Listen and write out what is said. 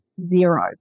zero